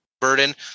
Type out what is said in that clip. burden